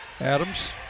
Adams